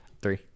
three